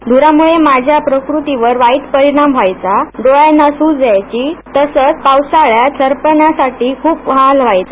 धुरामुळे माझ्या प्रकृतीवर वाईट परिणाम व्हायचा डोळ्यांना सूज यायची तसंच पावसाळ्यात सरपनासाठी ख्रप हाल व्हायचे